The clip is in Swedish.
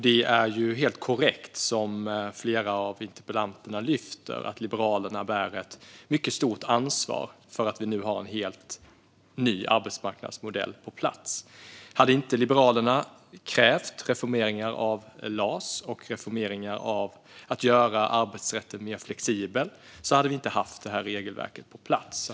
Det är korrekt som flera interpellanter lyfter fram att Liberalerna bär ett mycket stort ansvar för att vi nu har en helt ny arbetsmarknadsmodell på plats. Hade inte Liberalerna krävt reformeringar av LAS och att arbetsrätten skulle göras mer flexibel hade det här regelverket inte funnits.